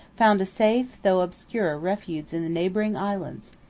found a safe, though obscure, refuge in the neighboring islands.